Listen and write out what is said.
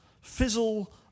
fizzle